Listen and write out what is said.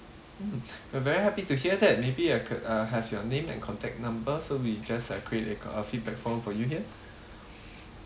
mm we're very happy to hear that maybe I could uh have your name and contact number so we just uh create a feedback form for you here